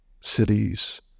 cities